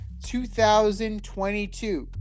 2022